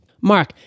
Mark